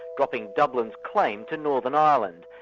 dropping dublin's claim to northern ireland,